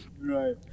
Right